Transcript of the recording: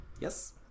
Yes